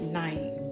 night